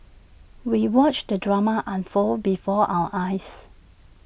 we watched the drama unfold before our eyes